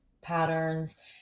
patterns